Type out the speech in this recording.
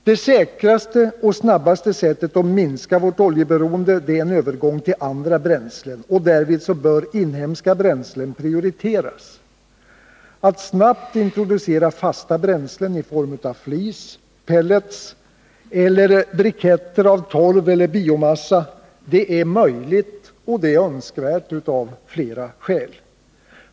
Det säkraste och snabbaste sättet att minska vårt oljeberoende är en övergång till andra bränslen. Därvid bör inhemska bränslen prioriteras. Att snabbt introducera fasta bränslen i form av flis, pellets eller briketter av torv eller biomassa är möjligt och önskvärt av flera skäl.